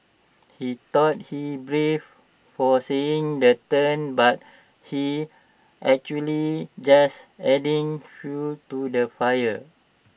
he thought he's brave for saying the but he's actually just adding fuel to the fire